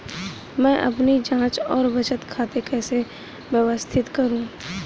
मैं अपनी जांच और बचत खाते कैसे व्यवस्थित करूँ?